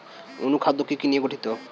অনুখাদ্য কি কি নিয়ে গঠিত?